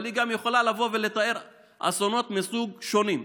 אבל היא יכולה לתאר גם אסונות מסוגים שונים.